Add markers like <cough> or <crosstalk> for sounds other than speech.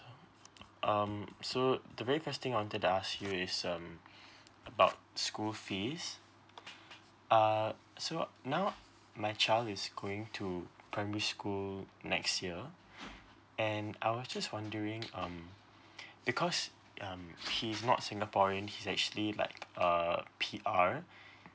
um so the very first thing I wanted to ask you is um <breath> about school fees uh so now my child is going to primary school next year <breath> and I was just wondering um <breath> because um he's not singaporean he's actually like uh P_R